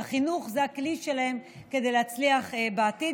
החינוך זה הכלי שלהם כדי להצליח בעתיד.